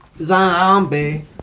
zombie